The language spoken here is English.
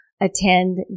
attend